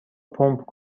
پمپ